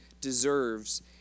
deserves